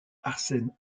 arsène